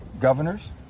governors